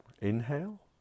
Inhale